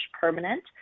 permanent